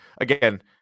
again